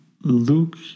Luke